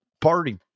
party